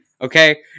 Okay